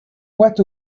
what